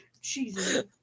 Jesus